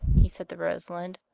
he said to rosalind.